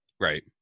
Right